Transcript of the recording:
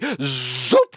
Zoop